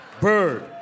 Bird